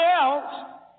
else